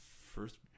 first